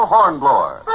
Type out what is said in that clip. Hornblower